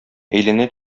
әйләнә